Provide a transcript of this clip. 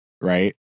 right